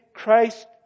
Christ